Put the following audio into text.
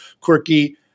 quirky